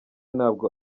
ntabwo